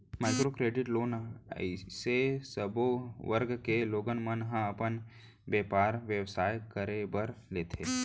micro credit loan अइसे सब्बो वर्ग के लोगन मन ह अपन बेपार बेवसाय करे बर लेथे